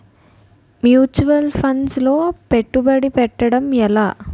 Mutual funds లో పెట్టుబడి పెట్టడం ఎలా?